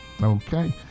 Okay